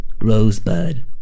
rosebud